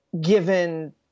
given